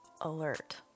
alert